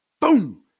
boom